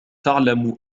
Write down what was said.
تعلم